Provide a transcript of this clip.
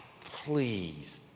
please